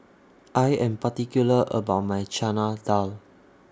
I Am particular about My Chana Dal